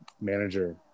manager